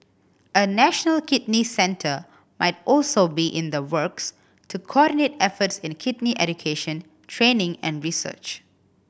a national kidney centre might also be in the works to coordinate efforts in a kidney education training and research